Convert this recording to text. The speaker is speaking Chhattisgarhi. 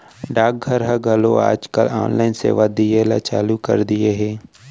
डाक घर ह घलौ आज काल ऑनलाइन सेवा दिये ल चालू कर दिये हे